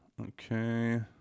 Okay